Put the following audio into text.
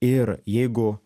ir jeigu